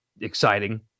exciting